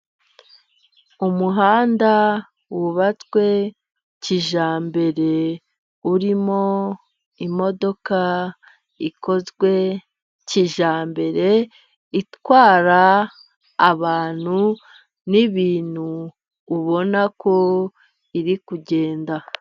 Umuhanda wubatswe kijyambere， urimo imodoka ikozwe kijyambere， itwara abantu n'ibintu， ubona ko iri kugenda.